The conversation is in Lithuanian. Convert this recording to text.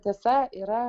tiesa yra